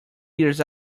years